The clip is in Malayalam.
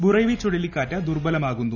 ബുറെവി ചുഴലിക്കാറ്റ് ന് ദുർബലമാകുന്നു